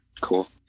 Cool